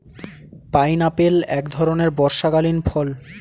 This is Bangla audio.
পাইনাপেল এক ধরণের বর্ষাকালীন ফল